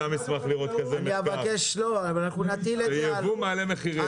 אני גם אשמח לראות כזה מחקר שאומר שיבוא מעלה מחירים.